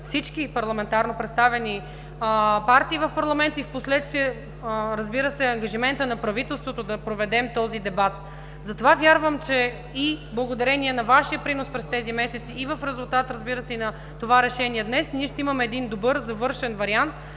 всички парламентарно представени партии в парламента и впоследствие, разбира се, ангажимента на правителството да проведем този дебат. Затова вярвам, че и благодарение на Вашия принос през тези месеци и в резултат, разбира се, на това решение днес, ние ще имаме един добър, завършен вариант